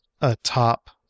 atop